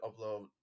upload